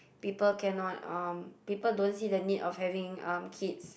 people cannot um people don't see the need of having um kids